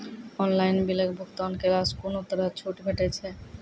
Online बिलक भुगतान केलासॅ कुनू तरहक छूट भेटै छै?